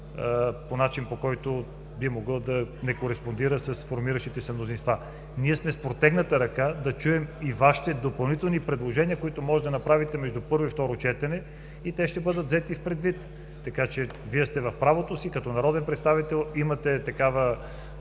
по начина, по който би могъл да не кореспондира с формиращите се мнозинства. Ние сме с протегната ръка да чуем и Вашите допълнителни предложения, които може да направите между първо и второ четене и те ще бъдат взети предвид. Така че Вие сте в правото си, като народен представител имате такава